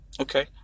Okay